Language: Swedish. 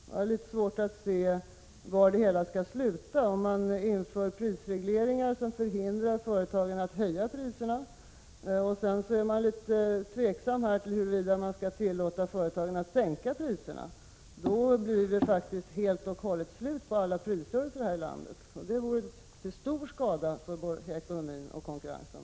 Jag har litet svårt att se var det hela skall sluta, om man inför prisregleringar som hindrar företagen från att höja priserna och sedan är litet tveksam till huruvida man skall tillåta företagen att sänka priserna. Då blir det faktiskt helt och hållet slut på alla prisrörelser här i landet, och det vore till stor skada både för ekonomin och för konkurrensen.